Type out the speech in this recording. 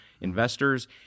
investors